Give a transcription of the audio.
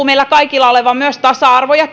meillä kaikilla liittyvän myös tasa arvo ja